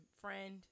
friend